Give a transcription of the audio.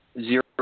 zero